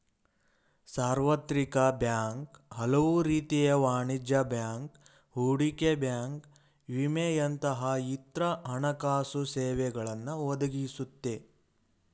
ಸಾರ್ವತ್ರಿಕ ಬ್ಯಾಂಕ್ ಹಲವುರೀತಿಯ ವಾಣಿಜ್ಯ ಬ್ಯಾಂಕ್, ಹೂಡಿಕೆ ಬ್ಯಾಂಕ್ ವಿಮೆಯಂತಹ ಇತ್ರ ಹಣಕಾಸುಸೇವೆಗಳನ್ನ ಒದಗಿಸುತ್ತೆ